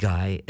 Guy